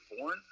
born